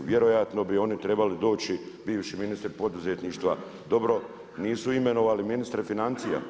Vjerojatno bi oni trebali doći, bivši ministri poduzetništva, dobro nisu imenovali ministre financija.